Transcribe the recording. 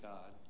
God